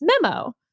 memo